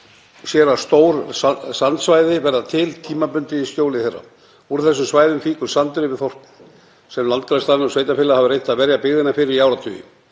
sér að stór sandsvæði verða til tímabundið í skjóli þeirra. Úr þessum svæðum fýkur sandurinn yfir þorpið en Landgræðslan og sveitarfélagið hafa reynt að verja byggðina fyrir þessu í áratugi.